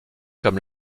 comme